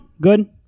Good